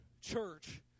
church